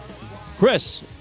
Chris